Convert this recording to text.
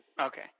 Okay